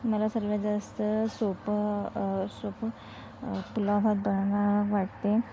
मला सर्वात जास्त सोपं सोपं पुलाव भात बनवणं वाटते